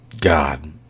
God